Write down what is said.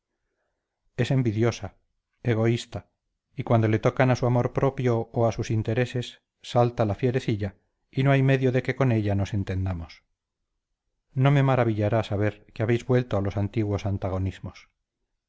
es envidiosa egoísta y cuando le tocan a su amor propio o a sus intereses salta la fierecilla y no hay medio de que con ella nos entendamos no me maravillará saber que habéis vuelto a los antiguos antagonismos